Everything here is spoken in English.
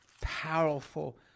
powerful